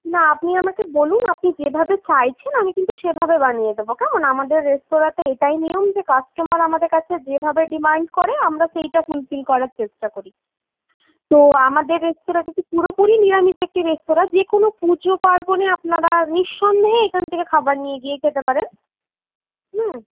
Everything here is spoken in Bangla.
না আপনি আমাকে বলুন আপনি যেভাবে চাইছেন আমি কিন্তু সেভাবে বানিয়ে দেবো কেমন আমাদের রেস্তোরাঁতে এটাই নিয়ম যে কাস্টোমার আমাদের কাছে যেভাবে ডিমান্ড করে আমরা সেইটা ফুল ফিল করার চেষ্টা করি তো আমাদের রেস্তোরাঁটা পুরোপুরি নিরামিষ একটি রেস্তোরাঁ যেকোনো পুজো পার্বণে আপনারা নিঃসন্দেহে এখান থেকে খাবার নিয়ে গিয়ে খেতে পারেন হ্যাঁ